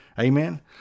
Amen